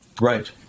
Right